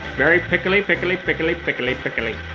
very pickly, pickly, pickly, pickly, pickly.